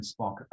Spock